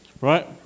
right